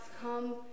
Come